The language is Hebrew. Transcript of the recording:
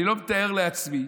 אני לא מתאר לעצמי